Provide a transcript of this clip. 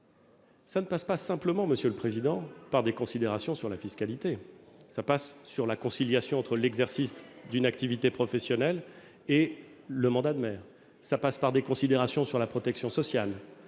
monsieur le président, par des considérations sur la fiscalité ; cela passe par la conciliation entre l'exercice d'une activité professionnelle et le mandat de maire, cela passe par des considérations sur la protection sociale,